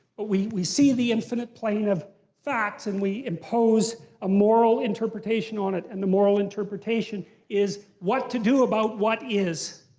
but we we see the infinite plain of facts and we impose a moral interpretation on it. and the moral interpretation is what to do about what is.